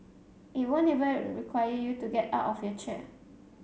it won't even require you to get out of your chair